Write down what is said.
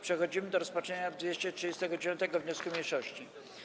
Przechodzimy do rozpatrzenia 239. wniosku mniejszości.